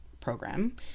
program